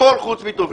הכול חוץ מטובין.